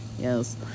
yes